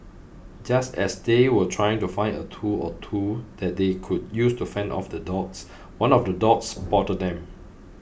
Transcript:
just as they were trying to find a tool or two that they could use to fend off the dogs one of the dogs spotted them